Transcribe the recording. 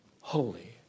holy